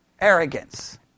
arrogance